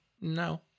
no